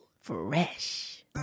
Fresh